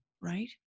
right